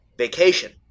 vacation